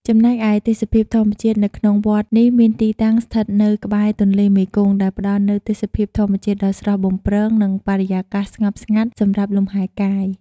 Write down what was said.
ចំណែកឯទេសភាពធម្មជាតិនៅក្នុងវត្តនេះមានទីតាំងស្ថិតនៅក្បែរទន្លេមេគង្គ ដែលផ្តល់នូវទេសភាពធម្មជាតិដ៏ស្រស់បំព្រង និងបរិយាកាសស្ងប់ស្ងាត់សម្រាប់លំហែកាយ ។